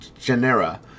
genera